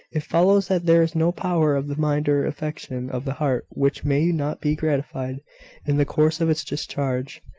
it follows that there is no power of the mind or affection of the heart which may not be gratified in the course of its discharge.